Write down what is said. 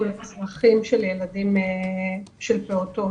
דיווחים מהמסגרות על ילדים ואנשי צוות שנדבקו.